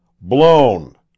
blown